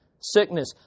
sickness